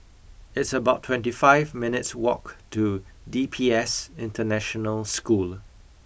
it's about twenty five minutes' walk to D P S International School